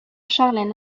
charlène